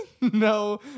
No